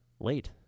Late